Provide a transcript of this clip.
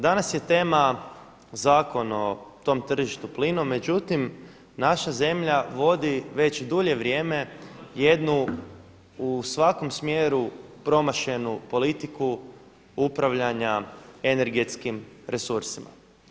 Danas je tema Zakon o tom tržištu plinom, međutim naša zemlja vodi već dulje vrijeme jednu u svakom smjeru promašenu politiku upravljanja energetskim resursima.